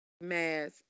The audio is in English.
mass